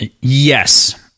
Yes